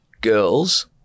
girls